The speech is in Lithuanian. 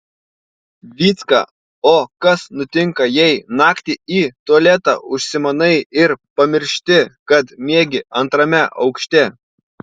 vycka o kas nutinka jei naktį į tualetą užsimanai ir pamiršti kad miegi antrame aukšte